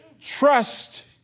trust